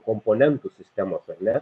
komponentų sistemos ar ne